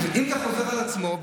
אם זה חוזר על עצמו,